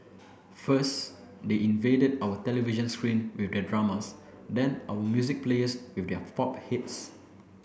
first they invaded our television screen with their dramas then our music players with their pop hits